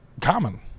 common